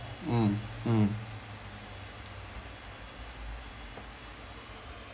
mm mm